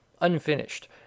unfinished